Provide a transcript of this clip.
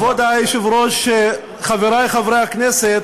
כבוד היושב-ראש, חברי חברי הכנסת,